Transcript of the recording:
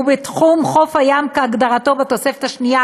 ובתחום חוף הים כהגדרתו בתוספת השנייה,